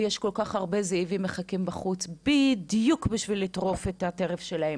ויש כל כך הרבה זאבים מחכים בחוץ בדיוק בשביל לטרוף את הטרף שלהם.